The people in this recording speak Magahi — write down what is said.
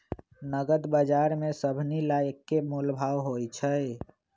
नगद बजार में सभनि ला एक्के मोलभाव होई छई